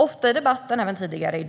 Ofta i debatten